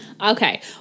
okay